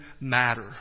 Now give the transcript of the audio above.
matter